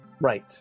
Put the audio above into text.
Right